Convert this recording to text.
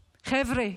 חבר'ה,